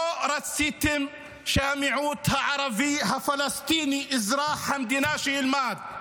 לא רציתם שהמיעוט הערבי הפלסטיני אזרח המדינה ילמד,